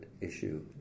issue